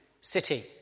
city